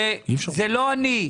זאת אומרת,